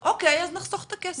אוקיי, אז נחסוך את הכסף?